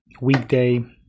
Weekday